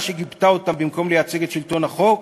שגיבתה אותם במקום לייצג את שלטון החוק,